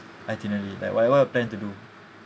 itinerary like what what I plan to do